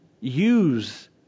use